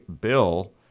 bill